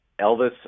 Elvis